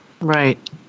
Right